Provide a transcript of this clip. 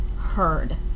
heard